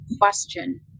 question